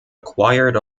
acquired